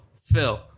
Phil